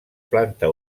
planta